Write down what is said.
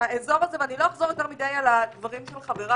האזור הזה ולא אחזור יותר מדיי על הדברים של חבריי,